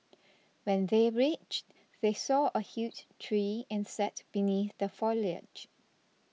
when they reached they saw a huge tree and sat beneath the foliage